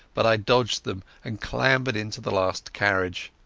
but i dodged them and clambered into the last carriage.